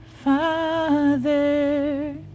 Father